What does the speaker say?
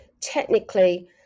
technically